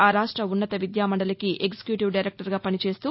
ఆ రాష్ట ఉన్నత విద్యా మండలికి ఎక్టిక్యూటివ్ దైరెక్టర్గా పనిచేస్తూ